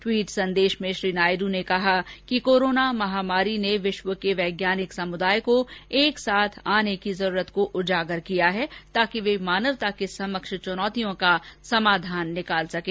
tweet संदेश में श्री नायडू ने कहा कि कोरोना महामारी ने विश्व के वैज्ञानिक समुदाय को एकसाथ आने की जरूरत को उजागर किया है ताकि वे मानवता के समक्ष चुनौतियों का समाधान निकाल सकें